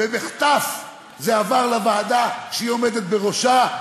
ובמחטף זה עבר לוועדה שהיא עומדת בראשה,